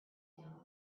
down